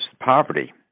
poverty